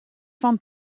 fan